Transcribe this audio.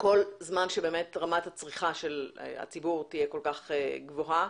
כל זמן שרמת הצריכה של הציבור תהיה כל כך גבוהה.